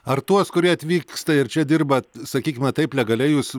ar tuos kurie atvyksta ir čia dirbat sakykime taip legaliai jūs